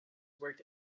worked